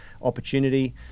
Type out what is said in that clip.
opportunity